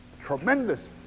Tremendous